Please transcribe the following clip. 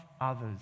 others